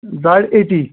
die eighty